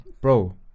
Bro